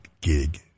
gig